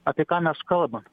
apie ką mes kalbam